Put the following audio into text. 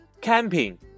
Camping